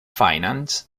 financed